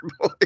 Boy